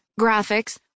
graphics